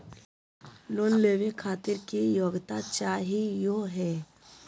Loan लेवे खातीर की योग्यता चाहियो हे?